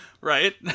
Right